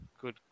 good